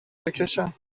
بکشم